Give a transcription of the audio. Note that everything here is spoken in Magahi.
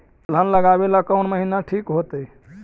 दलहन लगाबेला कौन महिना ठिक होतइ?